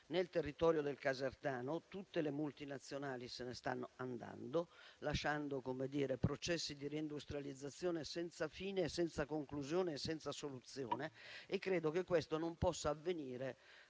Nel territorio del casertano, tutte le multinazionali se ne stanno andando, lasciando processi di reindustrializzazione senza fine, senza conclusione e senza soluzione e credo che questo non possa avvenire